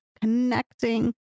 connecting